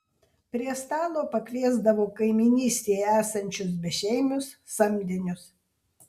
prie stalo pakviesdavo kaimynystėje esančius bešeimius samdinius